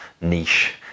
niche